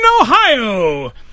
Ohio